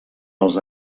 els